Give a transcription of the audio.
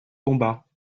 combats